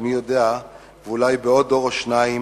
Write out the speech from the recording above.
מי יודע, אולי בעוד דור או שניים